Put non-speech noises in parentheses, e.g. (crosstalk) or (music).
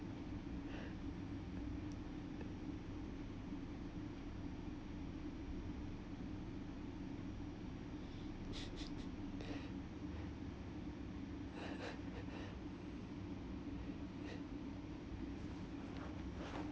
(laughs)